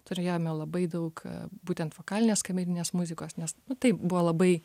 turėjome labai daug būtent vokalinės kamerinės muzikos nes taip buvo labai